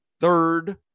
third